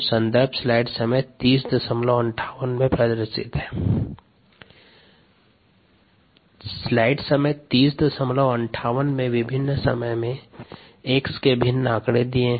संदर्भ slide time 3058 slide समय 3058 में विभिन्न समय में X के भिन्न आंकड़े दिए है